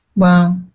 Wow